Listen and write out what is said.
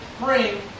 bring